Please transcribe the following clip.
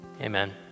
Amen